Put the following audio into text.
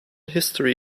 history